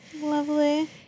lovely